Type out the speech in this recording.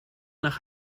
nach